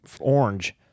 orange